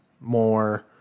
more